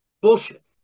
Bullshit